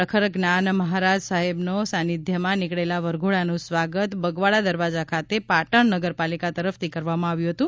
પ્રખર જ્ઞાન મહારાજ સાહેબોના સાનિધ્યમાં નીકળેલા વરઘોડાનું સ્વાગત બગવાડા દરવાજા ખાતે પાટણ નગરપાલિકા તરફથી કરવામાં આવ્યું હતું